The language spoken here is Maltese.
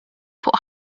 fuq